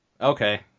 Okay